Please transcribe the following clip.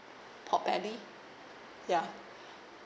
pork belly ya